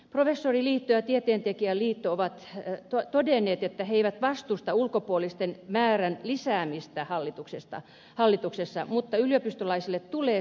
professoriliitto ja tieteentekijöiden liitto ovat todenneet että ne eivät vastusta ulkopuolisten määrän lisäämistä hallituksessa mutta yliopistolaisilla tulee säilyä enemmistö